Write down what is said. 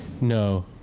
No